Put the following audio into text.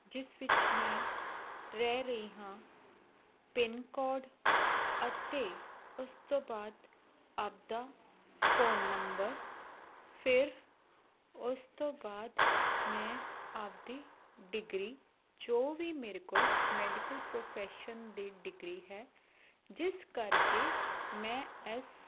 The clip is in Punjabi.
ਜਿਸ ਵਿੱਚ ਮੈਂ ਰਹਿ ਰਹੀ ਹਾਂ ਪਿਨ ਕੌਡ ਅਤੇ ਉਸ ਤੋਂ ਬਾਅਦ ਆਪਦਾ ਫੋਨ ਨੰਬਰ ਫਿਰ ਉਸ ਤੋਂ ਬਾਅਦ ਮੈਂ ਆਪਦੀ ਡਿਗਰੀ ਜੋ ਵੀ ਮੇਰੇ ਕੋਲ ਮੈਡੀਕਲ ਪ੍ਰੋਫੈਸ਼ਨ ਦੀ ਡਿਗਰੀ ਹੈ ਜਿਸ ਕਰਕੇ ਮੈਂ ਇਸ